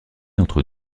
entre